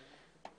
בבקשה.